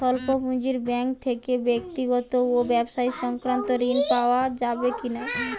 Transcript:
স্বল্প পুঁজির ব্যাঙ্ক থেকে ব্যক্তিগত ও ব্যবসা সংক্রান্ত ঋণ পাওয়া যাবে কিনা?